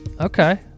Okay